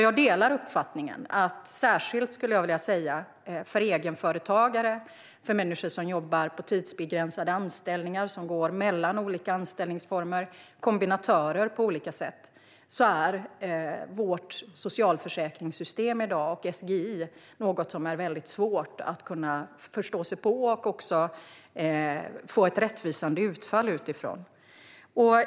Jag delar uppfattningen att särskilt, skulle jag vilja säga, för egenföretagare och för människor som jobbar på tidsbegränsade anställningar och går mellan olika anställningsformer - kombinatörer på olika sätt - är vårt socialförsäkringssystem i dag och SGI väldigt svårt att kunna förstå sig på och få ett rättvisande utfall från.